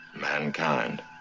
Mankind